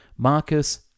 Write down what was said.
Marcus